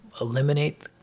Eliminate